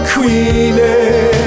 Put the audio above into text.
Queenie